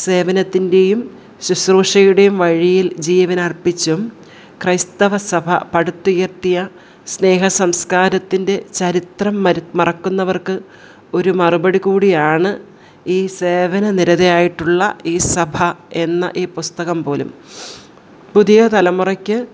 സേവനത്തിൻ്റെയും ശുശ്രൂഷയുടെയും വഴിയിൽ ജീവനർപ്പിച്ചും ക്രൈസ്തവസഭ പടുത്തുയർത്തിയ സ്നേഹ സംസ്കാരത്തിൻ്റെ ചരിത്രം മര മറക്കുന്നവർക്ക് ഒരു മറുപടി കൂടിയാണ് ഈ സേവനനിരതയായിട്ടുള്ള ഈ സഭ എന്ന ഈ പുസ്തകം പോലും പുതിയ തലമുറയ്ക്ക്